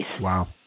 Wow